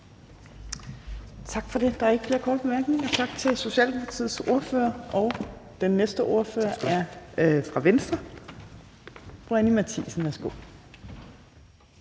Tak for det. Der er ikke flere korte bemærkninger. Tak til Socialdemokratiets ordfører. Den næste ordfører er fra Venstre, og det er fru Anni Matthiesen. Værsgo.